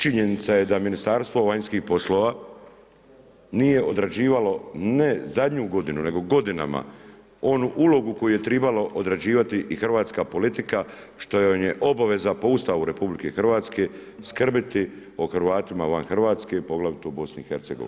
Činjenica je da Ministarstvo vanjskih po slova nije odrađivalo, ne zadnju godinu, nego godinama onu ulogu koju je tribalo odrađivati i hrvatska politika što joj je obaveza po Ustavu RH skrbiti o Hrvatima van Hrvatske, poglavito u BiH.